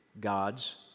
God's